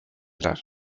las